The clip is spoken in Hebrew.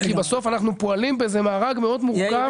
כי בסוף אנחנו פועלים באיזה מארג מאוד מורכב.